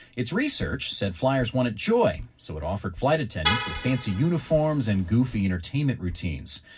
its research said flyers wanted joy, so it offered flight attendants with fancy uniforms and goofy entertainment routines.